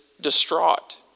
distraught